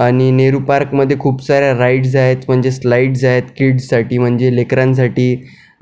आणि नेहरू पार्कमध्ये खूप साऱ्या राइड्स आहेत म्हणजे स्लाइडस् आहेत कीडस् साठी म्हणजे लेकरांसाठी